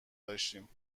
داشتیم